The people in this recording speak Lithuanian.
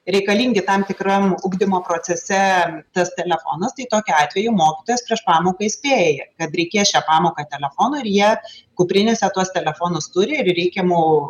reikalingi tam tikram ugdymo procese tas telefonas tai tokiu atveju mokytojas prieš pamoką įspėja kad reikės šią pamoką telefono ir jie kuprinėse tuos telefonus turi ir reikiamu